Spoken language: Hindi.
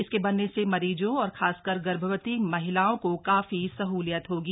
इसके बनने से मरीजों और खासकर गर्भवती महिलाओं को काफी सहलियत होगी